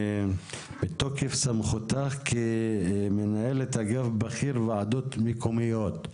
מתוקף סמכותך כמנהלת אגף בכיר ועדות מקומיות,